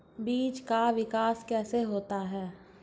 बीज का विकास कैसे होता है?